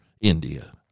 India